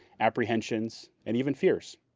apprehensions, and even fears.